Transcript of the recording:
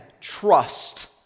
trust